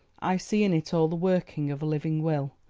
i see in it all the working of a living will,